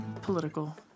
political